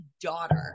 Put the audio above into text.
daughter